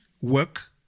work